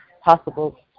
possible